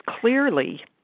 clearly